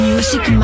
Music